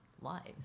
lives